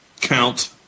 count